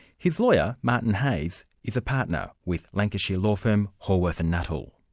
his lawyer, martin heyes, is a partner with lancashire law firm, haworth and nuttall.